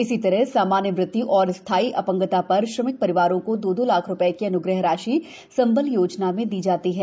इसी तरह सामान्य मृत्यु और स्थायी अपंगता पर श्रमिक परिवारों को दो दो लाख रूपये की अनुग्रह राशि संबल योजना में दी जाती है